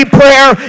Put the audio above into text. prayer